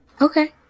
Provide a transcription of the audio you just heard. Okay